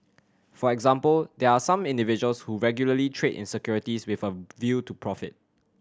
for example there are some individuals who regularly trade in securities with a view to profit